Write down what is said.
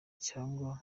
cyangwa